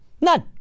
None